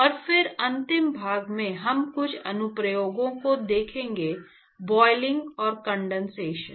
और फिर अंतिम भाग में हम कुछ अनुप्रयोगों को देखेंगे बोइलिंग और कंडेंसशन